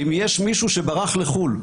אם יש מישהו שברח לחו"ל,